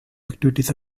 activities